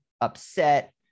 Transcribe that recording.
upset